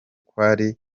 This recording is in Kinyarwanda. kwari